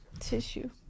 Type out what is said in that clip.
tissue